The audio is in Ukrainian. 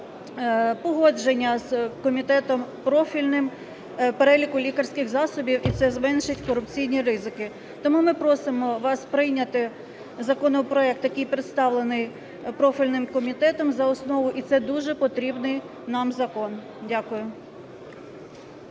погодження з комітетом профільним переліку лікарських засобів і це зменшить корупційні ризики. Тому ми просимо вас прийняти законопроект, який представлений профільним комітетом, за основу. І це дуже потрібний нам закон. Дякую.